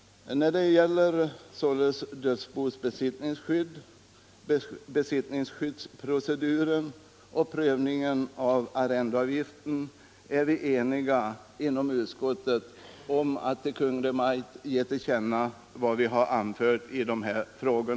När det gäller dödsbons besittningsskydd, besittningsskyddsproceduren och prövningen av arrendeavgiften är vi inom utskottet eniga om att ge Kungl. Maj:t till känna vad utskottet anfört i dessa frågor.